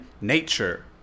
Nature